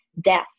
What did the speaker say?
death